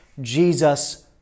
Jesus